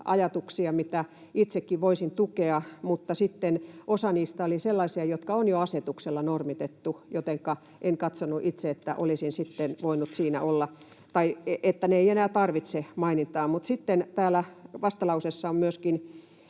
ajatuksia, mitä itsekin voisin tukea. Mutta sitten osa niistä oli sellaisia, jotka on jo asetuksella normitettu, jotenka en katsonut itse, että olisin sitten voinut siinä olla, tai ne eivät enää tarvitse mainintaa. Sitten vastalauseessa on myöskin